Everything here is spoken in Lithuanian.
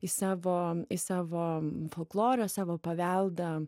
į savo į savo folklorą savo paveldą